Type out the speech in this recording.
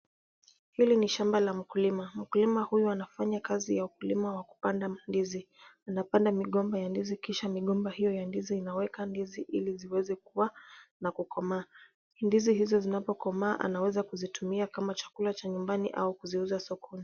Hili ni shamba la mkulima. Mkulima huyu anafanya kazi ya ukulima wa kupanda ndizi. Anapanda migomba ya ndizi kisha migomba hiyo ya ndizi inaweka ndizi ili ziweze kua na kukomaa. Ndizi hizo zinapokomaa anaweza kuzitumia kama chakula cha nyumbani au kuziuza sokoni.